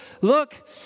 look